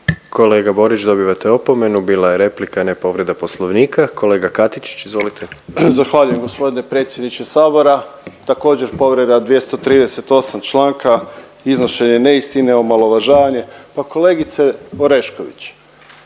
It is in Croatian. Kolega Borić dobivate opomenu, bila je replika, a ne povreda Poslovnika. Kolega Katičić izvolite. **Katičić, Krunoslav (HDZ)** Zahvaljujem gospodine predsjedniče sabora. Također povreda 238 članka, iznošenje neistine, omalovažavanje. Pa kolegice Orešković